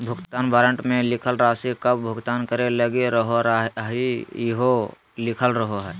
भुगतान वारन्ट मे लिखल राशि कब भुगतान करे लगी रहोहाई इहो लिखल रहो हय